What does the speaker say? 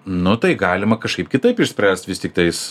nu tai galima kažkaip kitaip išspręst vis tiktais